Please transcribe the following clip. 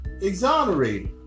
exonerated